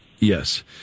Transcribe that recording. Yes